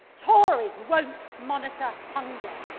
tories won't monitor hunger.